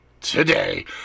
today